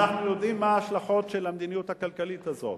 אנחנו יודעים מה ההשלכות של המדיניות הכלכלית הזאת.